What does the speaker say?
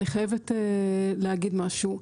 אני חייבת להגיד משהו.